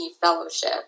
fellowship